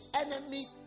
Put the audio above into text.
enemy